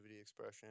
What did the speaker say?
expression